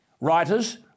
writers